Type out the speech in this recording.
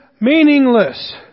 meaningless